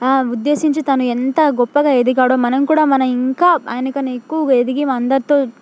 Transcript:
ఉద్దేశించి తను ఎంత గొప్పగా ఎదిగాడో మనం కూడా మనం ఇంకా ఆయన కన్నా ఎక్కవగా ఎదిగి మా అందరితో